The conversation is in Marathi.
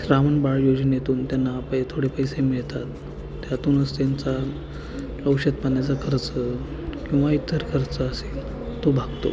श्रावण बाळ योजनेतून त्यांना पै थोडे पैसे मिळतात त्यातूनच त्यांचा औषधपाण्याचा खर्च किंवा इतर खर्च असेल तो भागतो